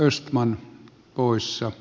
arvoisa puhemies